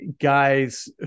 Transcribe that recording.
guys